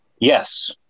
Yes